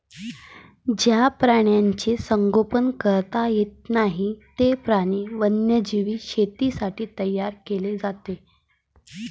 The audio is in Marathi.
ज्या प्राण्यांचे संगोपन करता येत नाही, ते प्राणी वन्यजीव शेतीसाठी तयार केले जातात